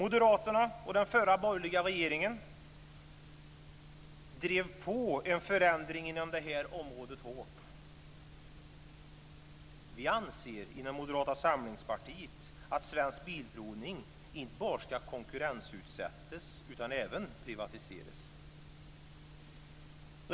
Moderaterna och den förra borgerliga regeringen drev hårt på en förändring inom det här området. Inom Moderata samlingspartiet anser vi att Svensk Bilprovning inte bara ska konkurrensutsättas utan även privatiseras.